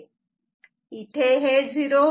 इथे हे 0 होते